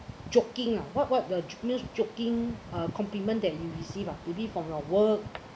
joking ah what what the jokeness joking uh compliment that you received ah maybe from your work